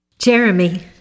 Jeremy